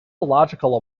illogical